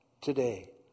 Today